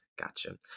Gotcha